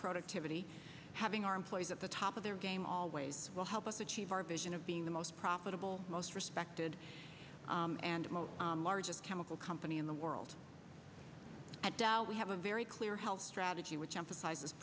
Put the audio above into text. productivity having our employees at the top of their game always will help us achieve our vision of being the most profitable most respected and most largest chemical company in the world and we have a very clear health strategy which emphasizes